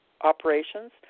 operations